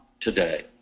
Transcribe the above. today